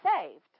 saved